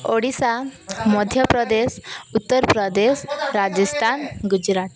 Odisha Madhya Pradesh Uttar Pradesh Rajasthan Gujarat